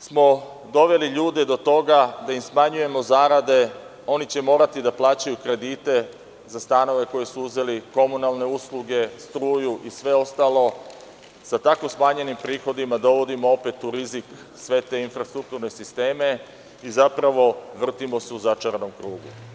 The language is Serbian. smo doveli ljude do toga da im smanjujemo zarade, oni će morati da plaćaju kredite za stanove koje su uzeli, komunalne usluge, struju i sve ostalo sa tako smanjenim prihodima dovodimo opet u rizik sve te infrastrukturne sisteme i zapravo vrtimo se u začaranom krugu.